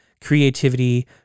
creativity